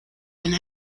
and